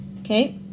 Okay